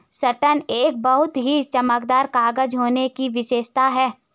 satin एक बहुत ही चमकदार कागज होने की विशेषता है